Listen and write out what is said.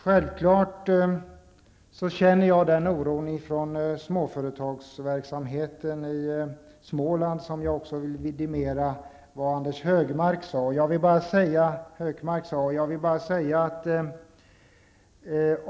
Självfallet känner jag den oron från småföretagsverksamheten i Småland. Och jag vill också vidimera vad Anders G Högmark sade.